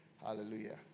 Hallelujah